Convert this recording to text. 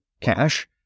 cash